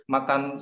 Makan